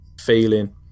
feeling